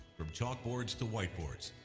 from chalkboards to white boards,